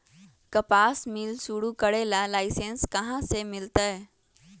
कपास मिल शुरू करे ला लाइसेन्स कहाँ से मिल तय